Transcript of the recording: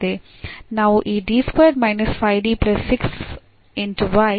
ನಾವು ಈ ಅನ್ನು ಹೊಂದಿದ್ದೇವೆ